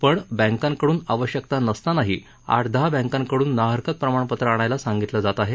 पण बँकांकडून आवश्यता नसताना आठ दहा बँकांकडून नाहरकत प्रणापत्र आणायला सांगितलं जात आहे